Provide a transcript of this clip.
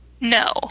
No